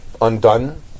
undone